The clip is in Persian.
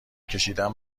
کشیدن